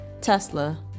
Tesla